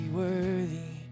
worthy